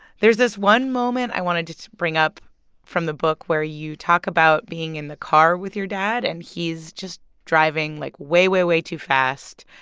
there's this one moment i wanted to to bring up from the book, where you talk about being in the car with your dad, and he's just driving, like, way, way too fast,